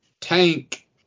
Tank